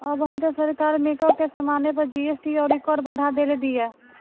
अबही तअ सरकार मेकअप के समाने पअ जी.एस.टी अउरी कर बढ़ा देले बिया